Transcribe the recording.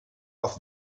auf